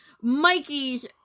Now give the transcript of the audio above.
Mikey's